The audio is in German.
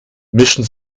mischen